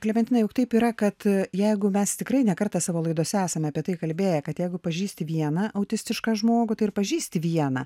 klementina juk taip yra kad jeigu mes tikrai ne kartą savo laidose esame apie tai kalbėję kad jeigu pažįsti vieną autistišką žmogų tai ir pažįsti vieną